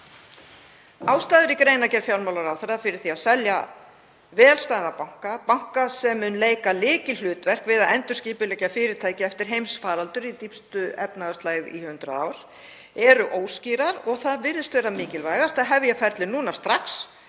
Ástæður í greinargerð fjármálaráðherra fyrir því að selja vel stæðan banka sem mun leika lykilhlutverk við að endurskipuleggja fyrirtæki eftir heimsfaraldur í dýpstu efnahagslægð í 100 ár eru óskýrar og mikilvægast virðist að hefja ferlið núna strax